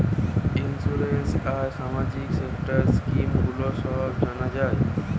insurance আর সামাজিক সেক্টরের স্কিম গুলো সব জানা যায়